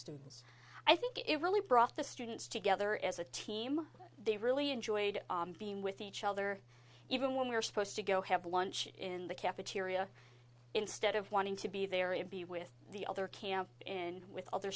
students i think it really brought the students together as a team they really enjoyed being with each other even when we were supposed to go have lunch in the cafeteria instead of wanting to be there and be with the other camp in with other